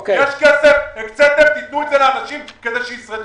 יש כסף, הקצתם, תתנו את זה לאנשים כדי שישרדו.